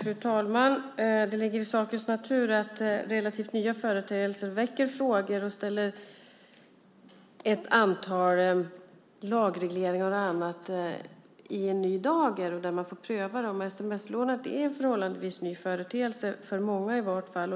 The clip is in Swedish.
Fru talman! Det ligger i sakens natur att relativt nya företeelser väcker frågor och ställer ett antal lagregleringar och annat i en ny dager där man får pröva dem. Sms-lån är för många en förhållandevis ny företeelse.